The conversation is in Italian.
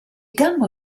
gambo